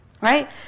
Right